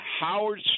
Howard